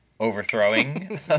Overthrowing